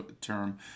term